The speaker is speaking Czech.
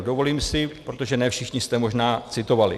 Dovolím si protože ne všichni jste možná citovali.